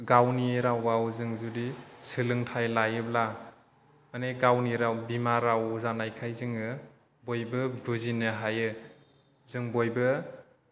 गावनि रावाव जों जुदि सोलोंथाइ लायोब्ला मानि गावनि राव बिमा राव जानायखाय जोङो बयबो बुजिनो हायो जों बयबो